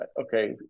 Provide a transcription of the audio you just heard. okay